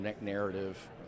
narrative